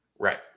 Right